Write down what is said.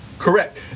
Correct